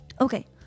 Okay